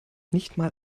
nichtmal